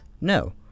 No